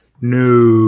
No